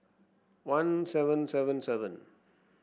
one seven seven seven